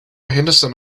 henderson